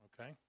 okay